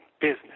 business